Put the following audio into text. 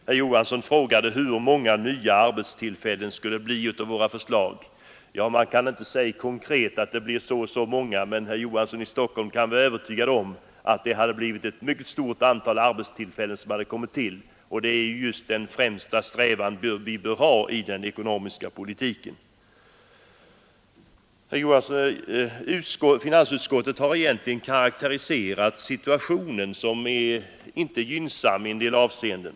Herr Johansson i Stockholm frågade hur många nya arbetstillfällen det skulle bli av våra förslag. Ja, man kan konkret inte säga att det blir så och så många, men herr Johansson i Stockholm kan vara övertygad om att det hade medfört ett mycket stort antal arbetstillfällen.. Och det är just den främsta strävan vi bör ha i den ekonomiska politiken. Finansutskottet har egentligen karakteriserat situationen som mindre gynnsam i en del avseenden.